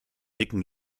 dicken